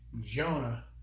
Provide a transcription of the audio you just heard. Jonah